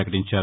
ప్రపకటించారు